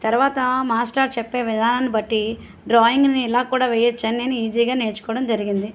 తర్వాత మాస్టార్ చెప్పే విధానాన్ని బట్టి డ్రాయింగ్ని ఇలా కూడా వేయ వచ్చని నేను ఈజీగా నేర్చుకోవడం జరిగింది